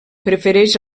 prefereix